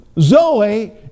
Zoe